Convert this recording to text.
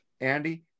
Andy